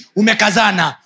umekazana